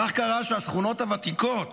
כך קרה שהשכונות הוותיקות